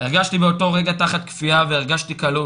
הרגשתי באותו רגע תחת כפייה והרגשתי כלוא,